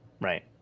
Right